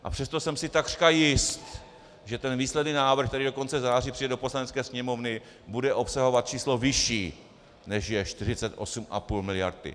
A přesto jsem si takřka jist, že ten výsledný návrh, který do konce září přijde do Poslanecké sněmovny, bude obsahovat číslo vyšší, než je 48,5 mld.